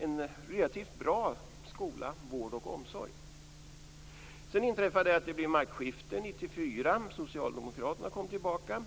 en relativt bra skola, vård och omsorg. Sedan blev det maktskifte 1994. Socialdemokraterna kom tillbaka.